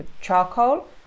charcoal